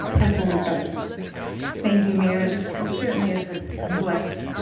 councilwoman stark thank you, mayor. this this certainly is a complex